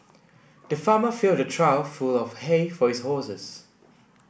the farmer filled a trough full of hay for his horses